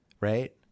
right